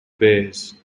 bears